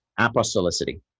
apostolicity